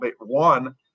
one